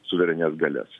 suverenias galias